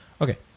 okay